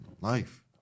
life